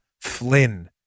Flynn